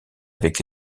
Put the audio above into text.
avec